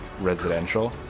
residential